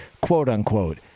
quote-unquote